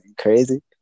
crazy